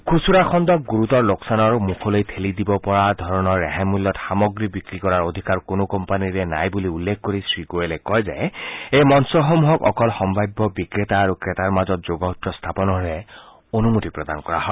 খূচুৰা খণ্ডক গুৰুতৰ লোকচানৰ মুখলৈ ঠেলি দিব পৰা ধৰণৰ ৰেহাই মূল্যত সামগ্ৰী বিক্ৰী কৰাৰ অধিকাৰ কোনো কোম্পানীৰে নাই বুলি উল্লেখ কৰি শ্ৰীগোৱেলে কয় যে এই মঞ্চসমূহক অকল সম্ভাব্য বিক্ৰেতা আৰু ক্ৰেতাৰ মাজত যোগসূত্ৰ স্থাপনৰহে অনুমতি প্ৰদান কৰা হয়